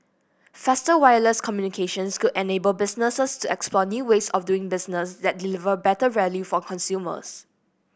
faster wireless communications could enable businesses to explore new ways of doing business that deliver better value for consumers